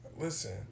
listen